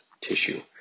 tissue